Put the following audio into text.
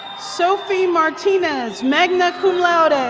sophie martinez, magna cum laude.